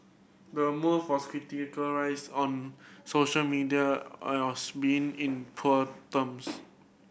the move was on social media us being in poor terms